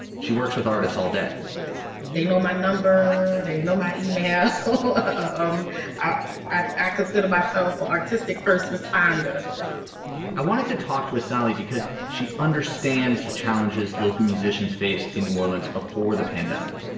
she works with artists all day they know my number. they know my email. ah um i i i consider myself artistic first responder i wanted to talk to assali because she understands the challenges local musicians faced in new orleans before the pandemic.